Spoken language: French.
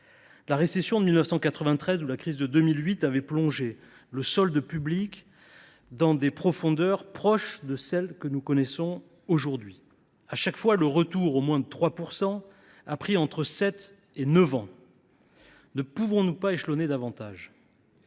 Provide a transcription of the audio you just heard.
La récession de 1993, puis la crise de 2008 avaient plongé le solde public dans des profondeurs proches de celles que nous connaissons aujourd’hui. Chaque fois, le retour du déficit sous la barre des 3 % a pris sept à neuf ans. Ne pouvons nous pas échelonner davantage